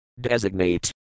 designate